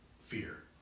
fear